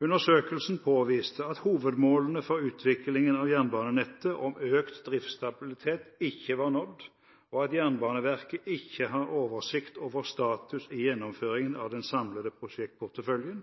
Undersøkelsen påviste at hovedmålene for utviklingen av jernbanenettet om økt driftsstabilitet ikke var nådd, og at Jernbaneverket ikke har oversikt over status i gjennomføringen av den samlede prosjektporteføljen,